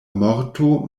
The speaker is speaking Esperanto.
morto